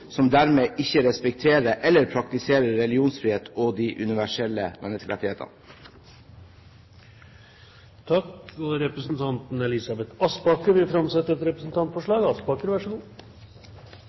som dermed ikke respekterer eller praktiserer religionsfrihet og de universelle menneskerettighetene. Representanten Elisabeth Aspaker vil framsette et